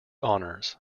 honors